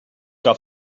que